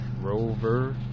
Rover